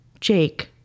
Jake